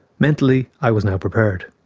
mentally, i was now prepared.